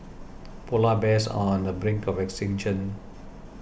Polar Bears are on the brink of extinction